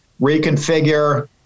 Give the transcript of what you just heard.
reconfigure